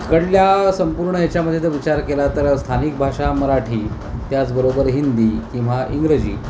इकडल्या संपूर्ण ह्याच्यामध्ये जर विचार केला तर स्थानिक भाषा मराठी त्याचबरोबर हिंदी किंवा इंग्रजी